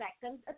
second